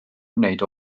wneud